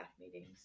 meetings